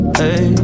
hey